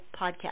Podcast